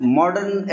modern